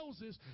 Moses